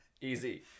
Easy